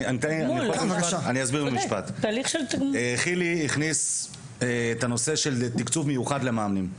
--- אני אסביר במשפט: חילי הכניס את הנושא של תקצוב מיוחד למאמנים,